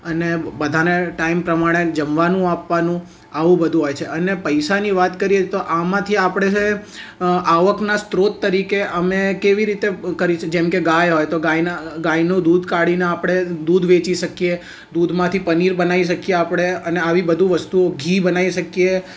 અને બધાને ટાઇમ પ્રમાણે જમવાનું આપવાનું આવું બધું હોય છે અને પૈસાની વાત કરીએ તો આમાંથી આપણે જે આવકના સ્રોત તરીકે અમે કેવી રીતે કરીશ જેમ કે ગાય હોય તો ગાયના ગાયનું દૂધ કાઢીને આપણે દૂધ વેચી શકીએ દૂધમાંથી પનીર બનાવી શકીએ આપણે અને આવી બધું વસ્તુઓ ઘી બનાવી શકીએ